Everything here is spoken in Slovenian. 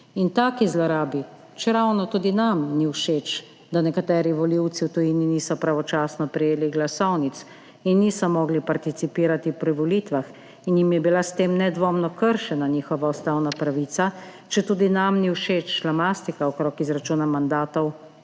In taki zlorabi, čeravno tudi nam ni všeč, da nekateri volivci v tujini niso pravočasno prejeli glasovnic in niso mogli participirati pri volitvah in jim je bila s tem nedvomno kršena njihova ustavna pravica, četudi nam ni všeč šlamastika okrog izračuna mandatov,